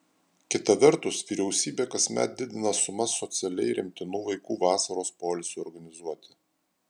kita vertus vyriausybė kasmet didina sumas socialiai remtinų vaikų vasaros poilsiui organizuoti